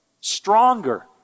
stronger